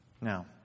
Now